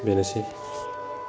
बेनोसै